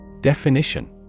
Definition